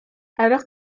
alors